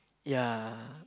ya